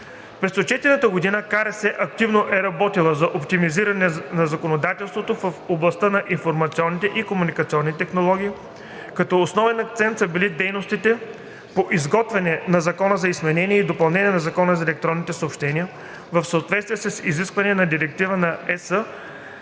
През отчетната година КРС активно е работила за оптимизиране на законодателството в областта на информационните и комуникационните технологии, като основен акцент са били дейностите по изготвянето на Закона за изменение и допълнение на Закона за електронните съобщения (ЗИД на ЗЕС) в съответствие с изискванията на Директива (ЕС)